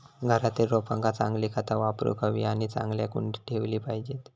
घरातील रोपांका चांगली खता वापरूक हवी आणि चांगल्या कुंडीत ठेवली पाहिजेत